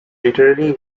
literally